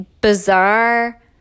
bizarre